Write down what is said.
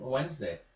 Wednesday